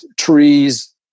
trees